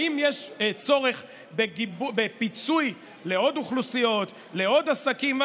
האם יש צורך בפיצוי לעוד אוכלוסיות, לעוד עסקים?